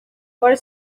were